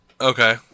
Okay